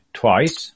twice